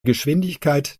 geschwindigkeit